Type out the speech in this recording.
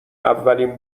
اولین